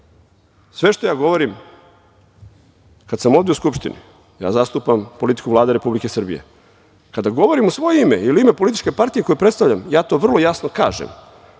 što ja govorim kad sam ovde u Skupštini, ja zastupam politiku Vlade Republike Srbije. Kada govorim u svoje ime ili ime političke partije koju predstavljam, ja to vrlo jasno kažem.